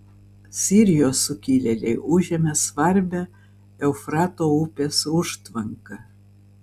sirijos sukilėliai užėmė svarbią eufrato upės užtvanką